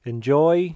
Enjoy